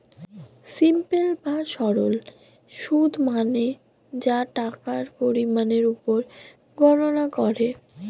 simple বা সরল সুদ মানে যা টাকার পরিমাণের উপর গণনা করে